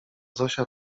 zosia